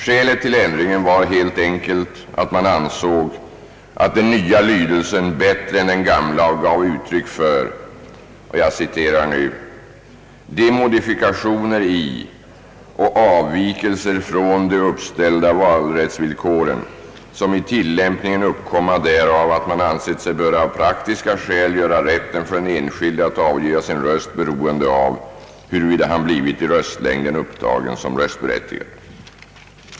Skälet till ändringen var helt enkelt att man ansåg att den nya lydelsen bättre än den gamla gav uttryck för »de modifikationer i och avvikelser från de uppställda valrättsvillkoren, som i tillämpningen uppkomma därav, att man ansett sig böra av praktiska skäl göra rätten för den enskilde att avgiva sin röst beroende av, huruvida han blivit i röstlängden upptagen såsom röstberättigad».